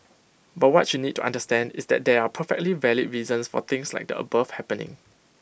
but what you need to understand is that there are perfectly valid reasons for things like the above happening